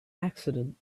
accident